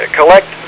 collect